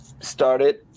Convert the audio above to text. started